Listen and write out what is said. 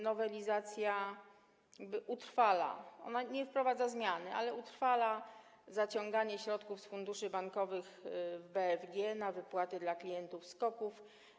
Nowelizacja utrwala, nie wprowadza zmiany, ale utrwala zaciąganie środków z funduszy bankowych BFG na wypłaty dla klientów SKOK-ów.